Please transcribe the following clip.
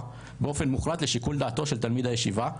באופן מוחלט לשיקול דעתו של תלמיד הישיבה,